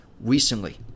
recently